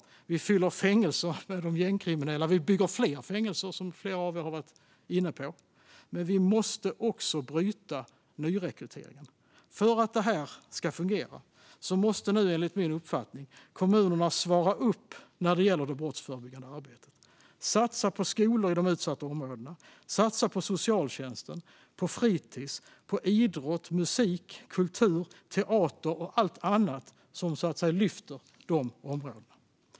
Vi fyller fängelser med de gängkriminella, och vi bygger fler fängelser, som flera er har varit inne på. Men vi måste också bryta nyrekryteringen. För att detta ska fungera måste kommunerna nu, enligt min uppfattning, svara upp när det gäller det brottsförebyggande arbetet och satsa på skolor i de utsatta områdena samt satsa på socialtjänsten, på fritis och på idrott, musik, kultur, teater och allt annat som lyfter dessa områden.